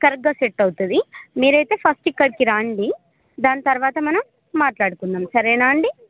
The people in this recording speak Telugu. కరెక్ట్గా సెట్ అవుతుంది మీరు అయితే ఫస్ట్ ఇక్కడికి రాండి దాని తర్వాత మనం మాట్లాడుకుందాము సరేనా అండి